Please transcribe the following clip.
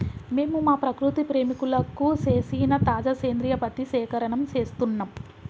మేము మా ప్రకృతి ప్రేమికులకు సేసిన తాజా సేంద్రియ పత్తి సేకరణం సేస్తున్నం